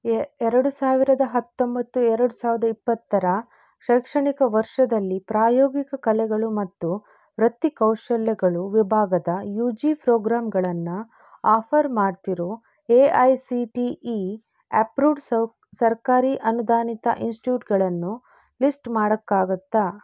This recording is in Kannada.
ಎರಡು ಸಾವಿರದ ಹತ್ತೊಂಬತ್ತು ಎರ್ಡು ಸಾವಿರ್ದ ಇಪ್ಪತ್ತರ ಶೈಕ್ಷಣಿಕ ವರ್ಷದಲ್ಲಿ ಪ್ರಾಯೋಗಿಕ ಕಲೆಗಳು ಮತ್ತು ವೃತ್ತಿ ಕೌಶಲ್ಯಗಳು ವಿಭಾಗದ ಯು ಜಿ ಫ್ರೋಗ್ರಾಮ್ಗಳನ್ನು ಆಫರ್ ಮಾಡ್ತಿರೊ A I C T E approved ಸರ್ಕಾರಿ ಅನುದಾನಿತ ಇನ್ಸ್ಟ್ಯೂಟ್ಗಳನ್ನು ಲಿಸ್ಟ್ ಮಾಡೋಕ್ಕಾಗುತ್ತಾ